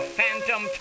Phantom